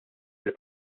fil